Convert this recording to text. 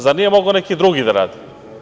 Zar nije mogao neki drugi da radi?